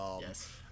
yes